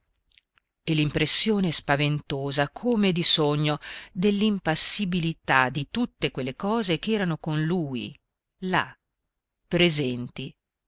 e l'impressione spaventosa come di sogno dell'impassibilità di tutte quelle cose ch'erano con lui là presenti